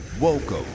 Welcome